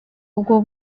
ubwo